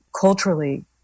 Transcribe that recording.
culturally